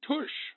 Tush